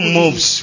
moves